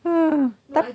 uh entah